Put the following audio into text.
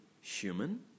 human